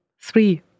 three